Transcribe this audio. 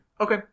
Okay